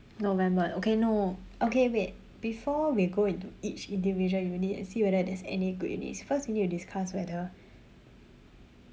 november okay no okay wait before we go into each individual unit and see whether there is any good units first we need to discuss whether